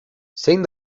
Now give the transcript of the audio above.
zein